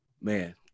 man